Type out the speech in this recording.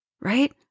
right